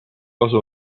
kasu